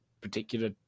particular